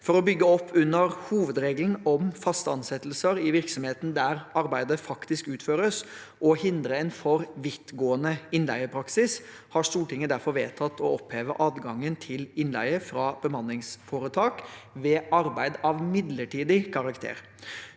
For å bygge opp under hovedregelen om faste ansettelser i virksomheten der arbeidet faktisk utføres, og for å hindre en for vidtgående innleiepraksis, har Stortinget derfor vedtatt å oppheve adgangen til innleie fra bemanningsforetak ved arbeid av midlertidig karakter.